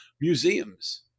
museums